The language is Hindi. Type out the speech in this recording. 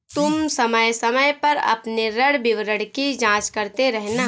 तुम समय समय पर अपने ऋण विवरण की जांच करते रहना